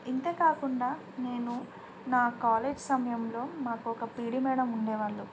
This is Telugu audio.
ఇంతేకాకుండా నేను నా కాలేజ్ సమయంలో మాకు ఒక పీ డీ మ్యాడమ్ ఉండేవాళ్ళు